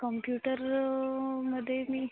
कॉम्प्युटरमध्ये मी